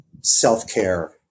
self-care